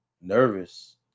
nervous